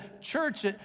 church